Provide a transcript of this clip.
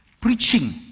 preaching